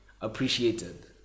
appreciated